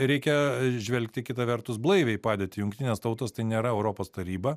reikia žvelgti kita vertus blaiviai į padėtį jungtinės tautos tai nėra europos taryba